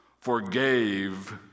forgave